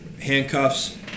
Handcuffs